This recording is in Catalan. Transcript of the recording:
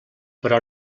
però